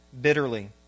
bitterly